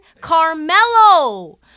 Carmelo